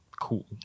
cool